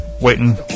waiting